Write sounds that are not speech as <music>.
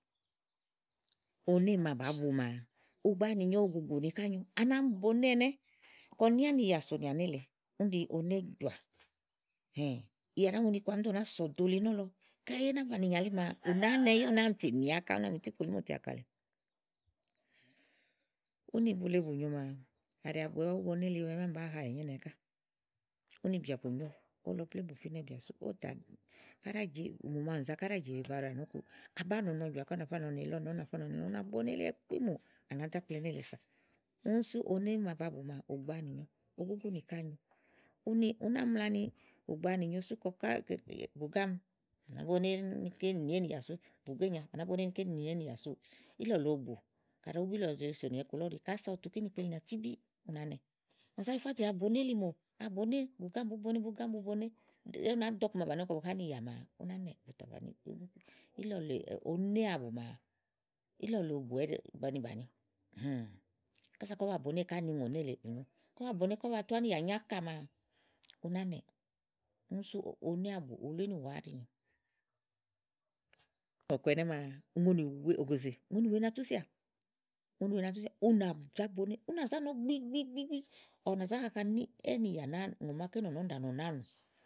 Oné màa bàá bu maa ùgbàanì nyòo ùgùgùnì ká nyo à nami bòoné ɛnɛ́ kɔ ní ánìyà sonìà nélèe úni ɖi oné jɔ̀à <hesitation> ì ɖàá mu ni iku àámi ìí do náa sɔ̀ɖo li nɔ̀lɔ kayi í ná banìi elí maa ù nàáá nɛ yá ù nàáa fè mi ákà ú náa fè mì itíkpolímò àka lèe. úni bule bù nyo maa kàɖi bìà bùú boné liwɛ mámi bàáa hawɛ̀ nyo ínɛ ká úni bìà bù nyo ówo lɔ plémú ówó fínɛ bìà sú ówò tà áɖa àjè, ùŋò màawu nì za káɖì àjè wèe ba ɖà nɔ kuù. àba nɔ̀ɔ ɔnɔ bìà ká ú nàfá nɔ̀ɔ ni elí ɔwɔ nɔ, ú nà fá nɔ̀ɔ ni elí ɔwɔ nɔ ú nàá boné liwɛ kpíìmù à nàá ɖo ákple nélèe sà úni oné màa ba bù màa ùgbàanì nyòo ugúgúnì kà nyo. úni ú ná mla ni ùgbàanì nyòo sú kɔ òó bu bu ílɔ̀lèe sònìà iku lɔ ɔ̀ɖì kása ɔwɔ kínìyilì kpelinìà tìbì ú nàá nɛ bà zá yifá tè abòoné limó abòoné bù go ámi bùú bone bu go ámi bùú boné ú nàá do ɔku ma bà nɔ nikɔ bu há ánìyà màa ú ná nɛ́ɛ́ bù tà bàni iku elíì. ílɔ lèe oné àbù maa ílɔ lèe òbú ɛɖí beni bàni. <hesitation> kása kɔ̀ ba bòoné ká ni uŋo nélèe ù nyo. kɔ̀ ba bòo né kɔ̀ ba tu ánìyà nyo ákà maa ú ná nɛ̀ɛ úni sú oné ábù ulu ínìwà ɛɖi sú ɔ̀kpɛ̀ ɛnɛ̀ maa ùŋonì wèe ògòzè ùŋonì wèe na túsià ú nà zá boné ú nà zá ŋa gbigbigbigbi ɔ̀wɔ̂ nà zá haha ni éènìyà nàáa ùŋò máaké nɔ̀nɔ úni ɖàa nɔ nàáa nù.